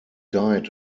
died